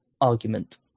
argument